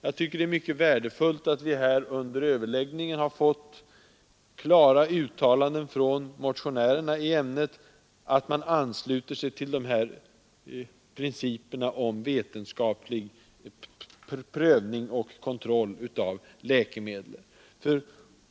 Jag tycker att det är mycket värdefullt att vi här under överläggningen har fått klara uttalanden från motionärerna i ämnet att de ansluter sig till principerna om vetenskaplig prövning och kontroll av läkemedel.